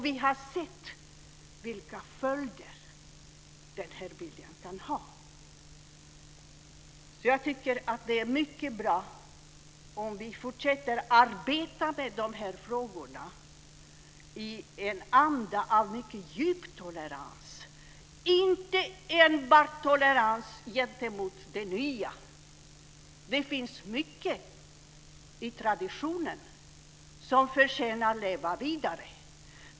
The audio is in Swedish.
Vi har sett vilka följder den viljan kan få. Det är mycket bra att vi fortsätter att arbeta med dessa frågor i en anda av djup tolerans. Det ska inte enbart vara tolerans gentemot det nya, utan det finns mycket i traditionen som förtjänar att leva vidare.